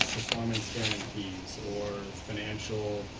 performance or financial